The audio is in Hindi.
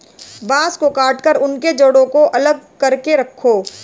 बांस को काटकर उनके जड़ों को अलग करके रखो